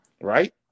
right